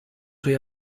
suoi